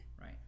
right